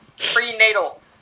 prenatal